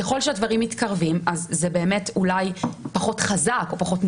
ככל שהדברים מתקרבים אז זה באמת אולי פחות חזק או פחות מובהק,